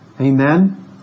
Amen